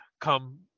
come